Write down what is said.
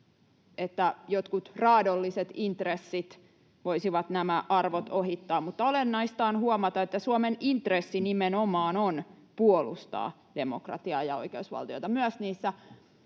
että jotkut raadolliset intressit voisivat nämä arvot ohittaa, mutta olennaista on huomata, että Suomen intressi on nimenomaan puolustaa demokratiaa ja oikeusvaltiota myös vaikeissa